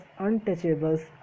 untouchables